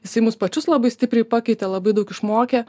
jisai mus pačius labai stipriai pakeitė labai daug išmokė